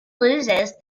loses